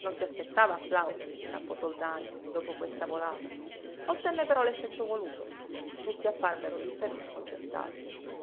non si aspettava applausi camposoldani dopo questa volata ottenne però l'effetto voluto tutti apparvero lì per lì sconcertati